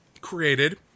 created